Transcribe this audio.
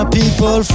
people